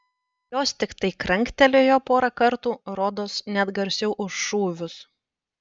jos tiktai kranktelėjo porą kartų rodos net garsiau už šūvius